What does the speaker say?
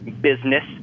business